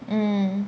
mm